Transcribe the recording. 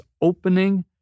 opening